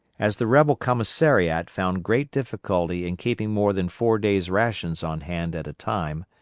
as the rebel commissariat found great difficulty in keeping more than four days' rations on hand at a time,